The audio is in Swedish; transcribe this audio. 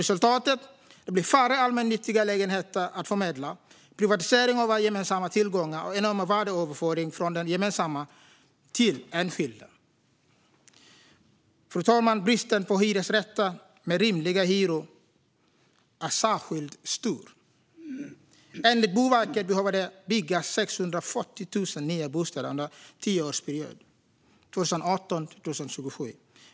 Resultatet är att det blir färre allmännyttiga lägenheter att förmedla, privatisering av våra gemensamma tillgångar och enorma värdeöverföringar från det gemensamma till enskilda. Fru talman! Bristen på hyresrätter med rimliga hyror är särskilt stor. Enligt Boverket behöver det byggas 640 000 nya bostäder under tioårsperioden 2018-2027.